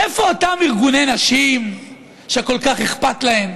איפה אותם ארגוני נשים שכל כך אכפת להם?